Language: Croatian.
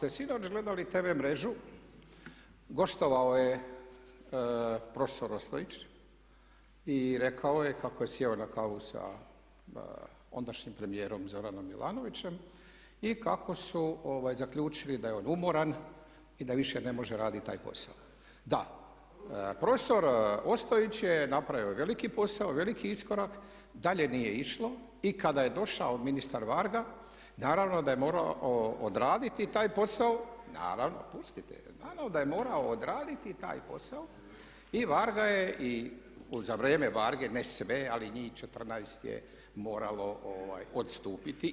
Ako ste sinoć gledali TV Mrežu, gostovao je profesor Ostojić i rekao je kako je sjeo na kavu sa ondašnjim premijerom Zoranom Milanovićem i kako su zaključili da je on umoran i da više ne može raditi taj posao. … [[Upadica se ne čuje.]] Da, profesor Ostojić je napravio veliki posao, veliki iskorak, dalje nije išlo i kada je došao ministar Varga naravno da je morao odraditi taj posao, naravno… … [[Upadica se ne čuje.]] Naravno, pustite, naravno da je morao odraditi taj posao i Varga je i za vrijeme Varge, ne sve ali njih 14 je moralo odstupiti.